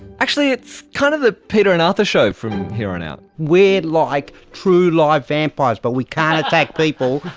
actually it's kind of the peter and arthur show from here on out. we're like true live vampires but we can't attack people,